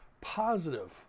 positive